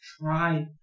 try